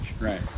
Right